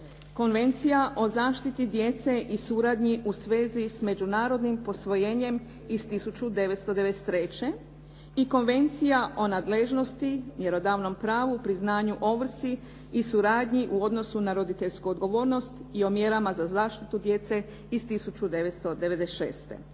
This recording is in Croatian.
Konvencija o zaštiti djece i suradnji u svezi s međunarodnim posvojenjem iz 1993. i Konvencija o nadležnosti, mjerodavnom pravu, priznanju, ovrsi i suradnji u odnosu na roditeljsku odgovornost i o mjerama za zaštitu djece iz 1996.